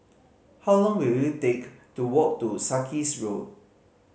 how long will it take to walk to Sarkies Road